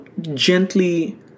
gently